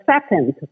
second